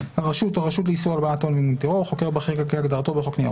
בקרת מסחר ברשות ניירות ערך או חוקר בכיר שהוא הסמיך לכך;"